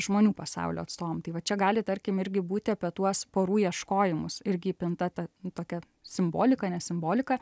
žmonių pasaulio atstovam tai va čia gali tarkim irgi būti apie tuos porų ieškojimus irgi įpinta ta tokia simbolika ne simbolika